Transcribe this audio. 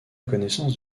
connaissance